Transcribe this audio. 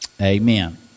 Amen